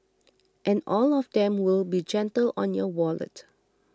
and all of them will be gentle on your wallet